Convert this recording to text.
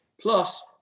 plus